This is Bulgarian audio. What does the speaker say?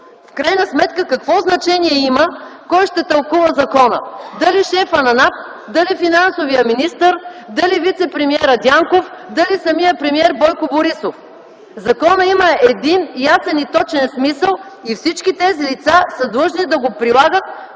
В крайна сметка какво значение има кой ще тълкува закона – дали шефът на НАП, дали финансовият министър, дали вицепремиерът Дянков, дали самият премиер Бойко Борисов. Законът има един ясен и точен смисъл и всички тези лица са длъжни да го прилагат